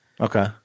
Okay